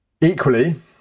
equally